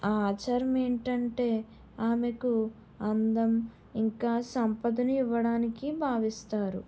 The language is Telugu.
ఆ ఆచారం ఏంటంటే ఆమెకు అందం ఇంకా సంపదను ఇవ్వడానికి భావిస్తారు